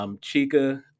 Chica